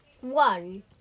One